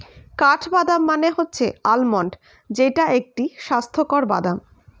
কাঠবাদাম মানে হচ্ছে আলমন্ড যেইটা একটি স্বাস্থ্যকর বাদাম